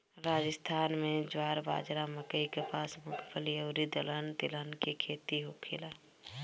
राजस्थान में ज्वार, बाजारा, मकई, कपास, मूंगफली अउरी दलहन तिलहन के खेती होखेला